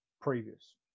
previous